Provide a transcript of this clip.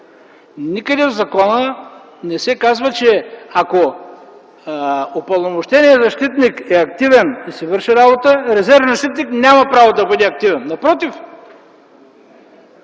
никъде в закона не се казва, че ако упълномощеният защитник е активен и си върши работата, резервният защитник няма право да бъде активен. Напротив,